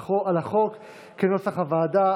על החוק כנוסח הוועדה.